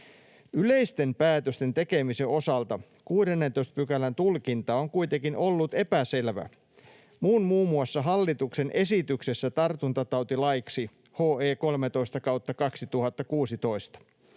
Yleisten päätösten tekemisen osalta 16 §:n tulkinta on kuitenkin ollut epäselvä muun muassa hallituksen esityksessä tartuntatautilaiksi (HE 13/2016)